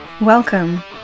Welcome